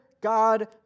God